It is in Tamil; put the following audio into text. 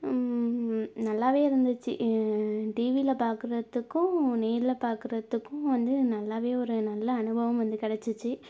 நல்லாவே இருந்துச்சு டிவியில பார்க்குறத்துக்கும் நேரில் பார்க்குறத்துக்கும் வந்து நல்லாவே ஒரு நல்ல அனுபவம் வந்து கிடச்சிச்சி